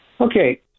okay